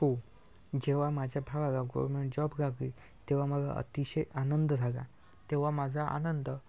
हो जेव्हा माझ्या भावाला गव्हरमेंट जॉब लागली तेव्हा मला अतिशय आनंद झाला तेव्हा माझा आनंद